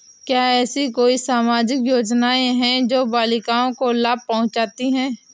क्या ऐसी कोई सामाजिक योजनाएँ हैं जो बालिकाओं को लाभ पहुँचाती हैं?